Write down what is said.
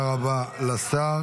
השפה